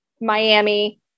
Miami